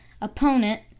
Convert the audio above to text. opponent